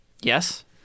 Yes